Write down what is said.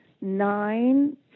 nine